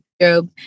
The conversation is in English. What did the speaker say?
Job